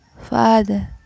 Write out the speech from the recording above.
Father